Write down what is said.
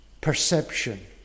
perception